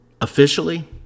officially